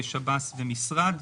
שב"ס ומשרד.